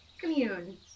Commune